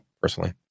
personally